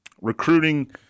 recruiting